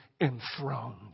enthroned